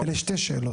אלה שתי שאלות.